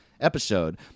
episode